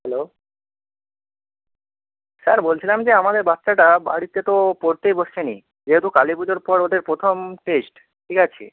hello sir বলছিলাম যে আমাদের বাচ্চাটা বাড়িতে তো পড়তেই বসছে না যেহেতু কালী পুজোর পর ওদের প্রথম টেস্ট ঠিক আছে